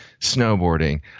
snowboarding